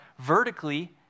vertically